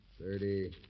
thirty